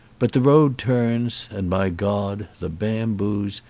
but the road turns and my god, the bamboos,